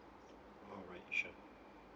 all right sure